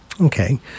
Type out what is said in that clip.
Okay